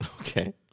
Okay